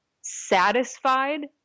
satisfied